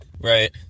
right